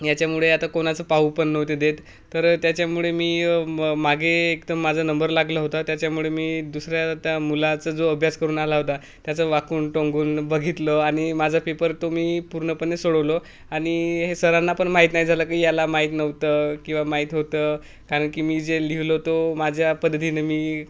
याच्यामुळे आता कोणाचं पाहू पण नव्हते देत तर त्याच्यामुळे मी म मागे एकदम माझा नंबर लागला होता त्याच्यामुळे मी दुसऱ्या त्या मुलाचा जो अभ्यास करून आला होता त्याचं वाकून टोंगून बघितलं आणि माझा पेपर तो मी पूर्णपणे सोडवलो आणि हे सरांना पण माहीत नाही झालं की याला माहीत नव्हतं किंवा माहीत होतं कारण की मी जे लिहिलं तो माझ्या पद्धतीनं मी